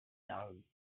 down